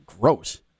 Gross